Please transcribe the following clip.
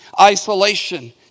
Isolation